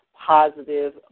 positive